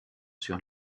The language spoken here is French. sur